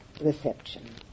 reception